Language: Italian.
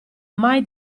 mai